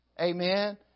amen